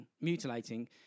mutilating